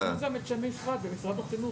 תשנו גם: משרד החינוך.